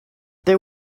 there